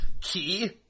key